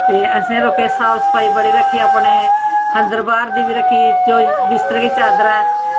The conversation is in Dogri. ते असें लोकें साफ सफाई बड़ी रक्खी अपने अंदर बाह्र दी बी रक्खी बिस्तरै आह्ली चादरै